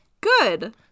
good